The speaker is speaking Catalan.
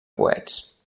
coets